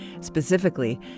Specifically